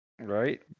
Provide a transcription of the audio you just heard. Right